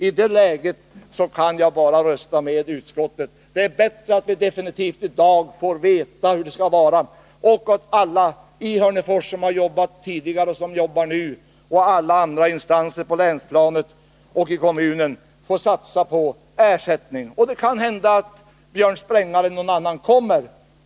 I det läget kan jag bara rösta med utskottet. Det är bättre att vi i dag definitivt får veta hur det skall vara och att alla i Hörnefors som har jobbat tidigare och som jobbar nu samt alla andra instanser på länsplanet och i kommunen får satsa på en ersättning. Och det kan hända att Björn Sprängare eller någon annan kommer.